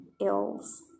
ills